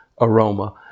aroma